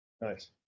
Nice